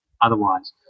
otherwise